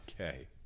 Okay